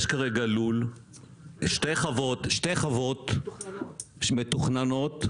יש כרגע שתי חוות מתוכננות,